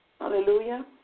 Hallelujah